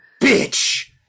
bitch